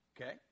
Okay